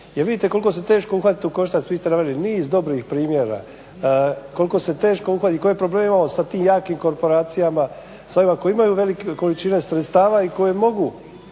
Jer vidite koliko se teško uhvatiti u koštac, vi ste naveli niz dobrih primjera, koliko se teško uhvatiti i koje probleme imamo sa tim jakim korporacijama, sa ovima koji imaju velike količine sredstava i koje mogu